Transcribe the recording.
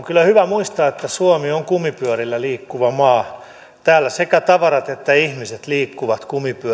kyllä hyvä muistaa että suomi on kumipyörillä liikkuva maa täällä sekä tavarat että ihmiset liikkuvat kumipyörillä voisin